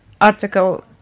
article